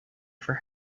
for